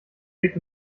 blick